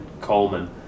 Coleman